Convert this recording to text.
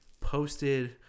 posted